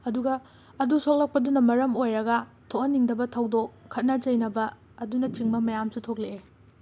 ꯑꯗꯨꯒ ꯑꯗꯨ ꯁꯣꯛꯂꯛꯄꯗꯨꯅ ꯃꯔꯝ ꯑꯣꯏꯔꯒ ꯊꯣꯛꯍꯟꯅꯤꯡꯗꯕ ꯊꯧꯗꯣꯛ ꯈꯠꯅ ꯆꯩꯅꯕ ꯑꯗꯨꯅꯆꯤꯡꯕ ꯃꯌꯥꯝꯁꯨ ꯊꯣꯛꯂꯛꯂꯦ